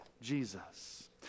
Jesus